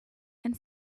and